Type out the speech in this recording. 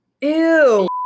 Ew